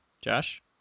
Josh